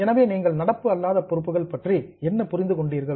எனவே நீங்கள் நடப்பு அல்லாத பொறுப்புகள் பற்றி என்ன புரிந்து கொண்டீர்கள்